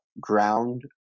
ground